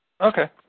Okay